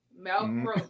Malcolm